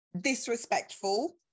disrespectful